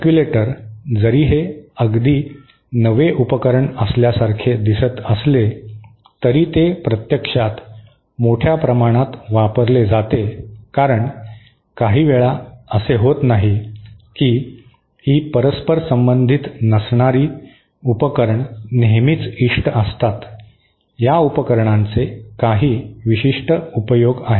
circulatory जरी हे अगदी नवे उपकरण असल्यासारखे दिसत असले तरी ते प्रत्यक्षात मोठ्या प्रमाणात वापरले जाते कारण काहीवेळा असे होत नाही की ही परस्परसंबंधित नसणारी उपकरण नेहमीच इष्ट असतात या उपकरणांचे काही विशिष्ट उपयोग आहेत